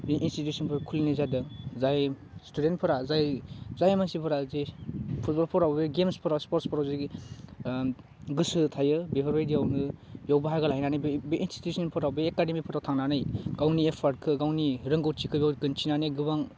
बे इनस्टिटिउशनफोर खुलिनाय जादों जाय स्टुडेन्टफोरा जाय जाय मानसिफोरा जे फुटबलफोराव गेम्सफोराव स्पर्सफोराव जेरै ओह गोसो थायो बेफोरबायदियावनो बेयाव बाहागो लाहैनानै बे इनस्टिटिउशनफोराव बे एकादेमिफोराव थांनानै गावनि एपार्दखौ गावनि रोंग'थिखौ बेयाव खिन्थिनानै गोबां